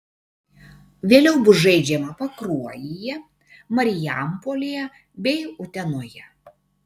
vėliau bus žaidžiama pakruojyje marijampolėje bei utenoje